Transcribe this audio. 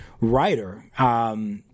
writer